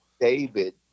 David